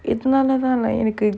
இதுனாலதா:ithunaalathaa leh எனக்கு:enakku